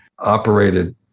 operated